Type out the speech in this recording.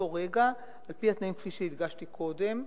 מאותו רגע, על-פי התנאים, כפי שהדגשתי קודם,